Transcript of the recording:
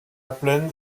plaine